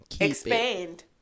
expand